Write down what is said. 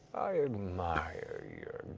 i admire your